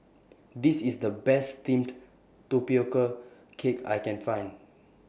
This IS The Best Steamed Tapioca Cake I Can Find